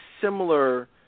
similar